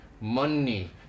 money